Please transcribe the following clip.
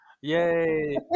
yay